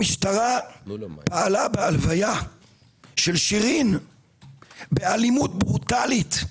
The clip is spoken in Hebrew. המשטרה פעלה בהלוויה של שירין אבו עאקלה באלימות ברוטלית.